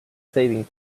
saving